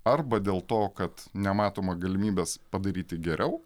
arba dėl to kad nematoma galimybės padaryti geriau